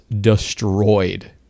destroyed